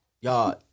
y'all